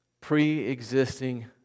pre-existing